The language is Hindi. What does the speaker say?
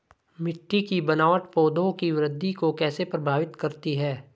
मिट्टी की बनावट पौधों की वृद्धि को कैसे प्रभावित करती है?